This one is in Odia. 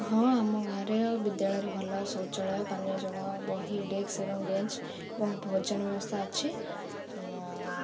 ହଁ ଆମ ଗାଁରେ ବିଦ୍ୟାଳୟରେ ଭଲ ଶୌଚାଳୟ ପାନୀୟ ଜଳ ବହି ଡ଼େସ୍କ ଏବଂ ବେଞ୍ଚ୍ ଏବଂ ଭୋଜନ ବ୍ୟବସ୍ଥା ଅଛି